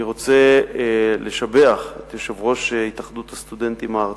אני רוצה לשבח את יושב-ראש התאחדות הסטודנטים הארצית,